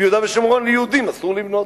ביהודה ושומרון ליהודים אסור לבנות.